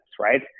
right